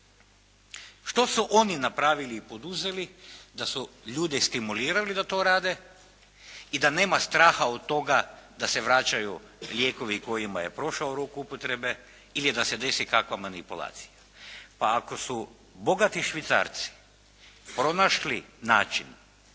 Što su oni napravili i poduzeli da su ljude stimulirali da to rade i da nema straha od toga da se vraćaju lijekovi kojima je prošao rok upotrebe ili da se desi kakva manipulacija? Pa ako su bogati Švicarci pronašli način